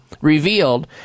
revealed